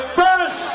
first